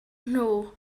nhw